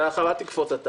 בני ביטון אל תקפוץ,